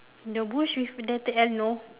the bush with letter L no